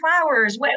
flowers